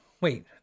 Wait